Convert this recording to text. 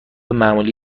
معمولی